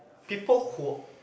people who